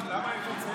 למה הם,